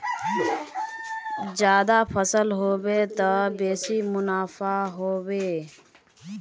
ज्यादा फसल ह बे त बेसी मुनाफाओ ह बे